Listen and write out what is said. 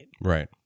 Right